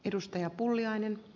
arvoisa puhemies